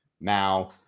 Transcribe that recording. Now